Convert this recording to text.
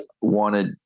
wanted